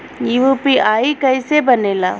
UPI कईसे बनेला?